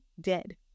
dead